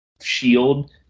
shield